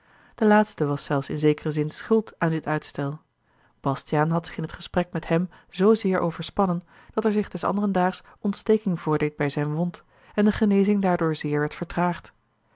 de laatste was zelfs in zekeren zin schuld aan dit uitstel bastiaan had zich in t gesprek met hem zoozeer overspannen dat er zich des anderen daags ontsteking voordeed bij zijne wond en de genezing daardoor zeer werd vertraagd